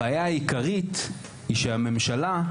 הבעיה העיקרית זה הממשלה.